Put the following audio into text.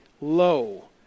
low